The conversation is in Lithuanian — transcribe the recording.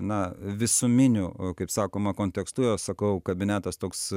na visuminiu kaip sakoma kontekstu a sakau kabinetas toks